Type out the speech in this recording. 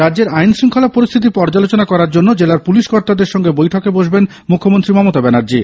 রাজ্যের আইনশঙ্খলা পরিস্থিতি পর্যালোচনা করার জন্য জেলার পুলিশ কর্তাদের সঙ্গে বৈঠকে বসবেন মুখ্যমন্ত্রী মমতা ব্যানার্জী